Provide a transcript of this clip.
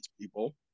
people